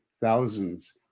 thousands